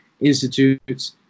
institutes